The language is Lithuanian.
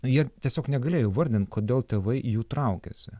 jie tiesiog negalėjo įvardint kodėl tėvai jų traukėsi